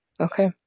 okay